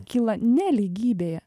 kyla nelygybėje